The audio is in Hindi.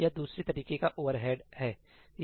यह दूसरे तरीके का ओवरहेड है